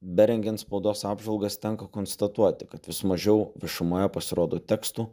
berengiant spaudos apžvalgas tenka konstatuoti kad vis mažiau viešumoje pasirodo tekstų